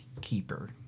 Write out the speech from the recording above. keeper